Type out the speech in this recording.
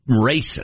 racist